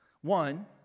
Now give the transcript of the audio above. One